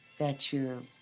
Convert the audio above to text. that you're.